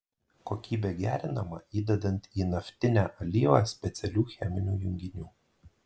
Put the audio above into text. kokybė gerinama įdedant į naftinę alyvą specialių cheminių junginių